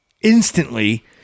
instantly